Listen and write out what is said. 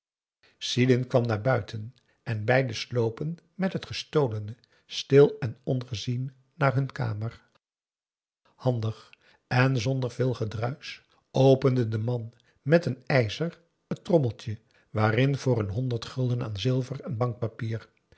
sidin kwam naar buiten en beiden slopen met het gestolene stil en ongezien naar hun kamer handig en zonder veel gedruisch opende de man met een ijzer het trommeltje waarin voor n honderd gulden aan zilver en bankpapier